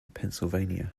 pennsylvania